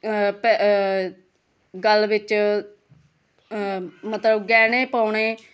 ਗਲ ਵਿੱਚ ਮਤਲਬ ਗਹਿਣੇ ਪਾਉਣੇ